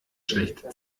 schlechte